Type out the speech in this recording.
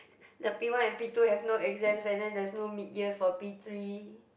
the P one and P two have no exams and then there's no mid years for P three